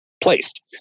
placed